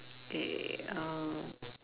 it uh